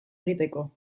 egiteko